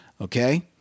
Okay